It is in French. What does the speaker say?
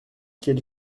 quelle